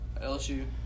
LSU